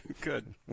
Good